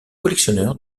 collectionneur